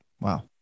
wow